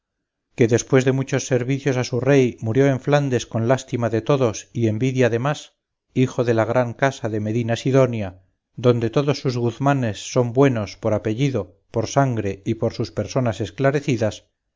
que después de muchos servicios a su rey murió en flandes con lástima de todos y envidia de más hijo de la gran casa de medina sidonia donde todos sus guzmanes son buenos por apellido por sangre y por sus personas esclarecidas